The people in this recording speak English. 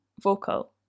vocal